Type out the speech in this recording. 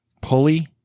pulley